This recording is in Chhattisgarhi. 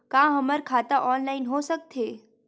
का हमर खाता ऑनलाइन हो सकथे?